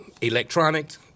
electronics